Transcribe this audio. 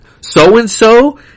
so-and-so